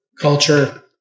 Culture